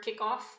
kickoff